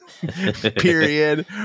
period